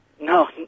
No